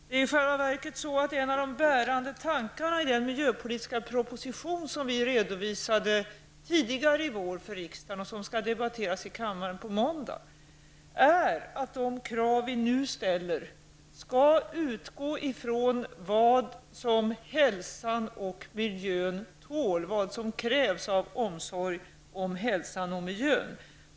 Det är i själva verket så att en av de bärande tankarna i den miljöpolitiska proposition som vi överlämnade till riksdagen tidigare i våras och som skall debatteras i kammaren på måndag är att de krav som vi nu ställer skall utgå från vad hälsan och miljön tål och vad som krävs av omsorg om hälsan och miljön.